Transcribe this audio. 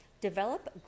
develop